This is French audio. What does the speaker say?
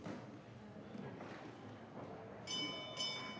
...